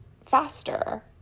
faster